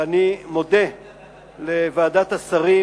ואני מודה לוועדת השרים